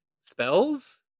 spells